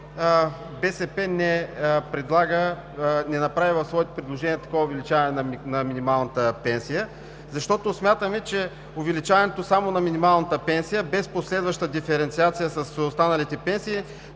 БСП не направи в своето предложение такова увеличаване на минималната пенсия. Защото смятаме, че увеличаването само на минималната пенсия, без последваща диференциация с останалите пенсии,